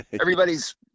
everybody's